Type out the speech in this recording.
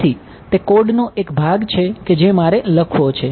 તેથી તે કોડનો એક ભાગ છે કે જે મારે લખવો છે